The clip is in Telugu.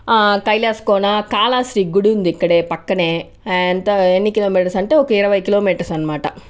కైలాసకోన కాళహస్తి గుడి ఉంది ఇక్కడ పక్కనే అదంతా ఎన్ని కిలోమీటర్స్ అంటే ఒక ఇరవై కిలోమీటర్స్ అనమాట